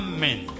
Amen